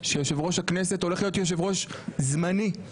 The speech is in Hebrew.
שיושב-ראש הכנסת הולך להיות יושב-ראש זמני.